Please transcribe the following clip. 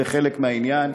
זה חלק מהעניין,